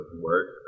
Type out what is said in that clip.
work